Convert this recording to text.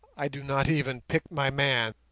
i do not even pick my man,